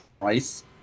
price